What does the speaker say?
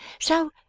so,